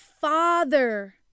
father